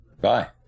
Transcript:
Bye